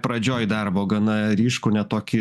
pradžioj darbo gana ryškų ne tokį